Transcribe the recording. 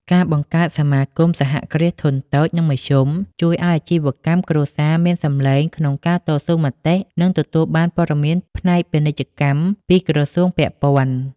ការបង្កើតសមាគមសហគ្រាសធុនតូច និងមធ្យម ជួយឱ្យអាជីវកម្មគ្រួសារមានសំឡេងក្នុងការតស៊ូមតិ និងទទួលបានព័ត៌មានផ្នែកពាណិជ្ជកម្មពីក្រសួងពាក់ព័ន្ធ។